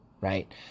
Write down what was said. Right